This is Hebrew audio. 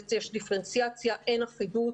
יש דיפרנציאציה, אין אחידות.